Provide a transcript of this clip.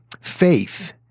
faith